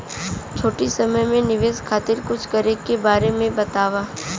छोटी समय के निवेश खातिर कुछ करे के बारे मे बताव?